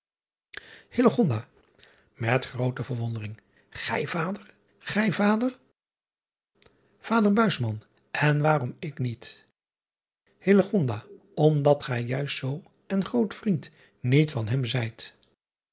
met groote verwondering ij vader ij vader ader n waarom ik niet mdat gij juist zoo en groot vriend niet van hem zijt